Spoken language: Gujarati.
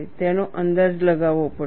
તેનો અંદાજ લગાવવો પડશે